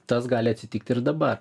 tas gali atsitikt ir dabar